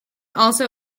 also